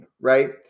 right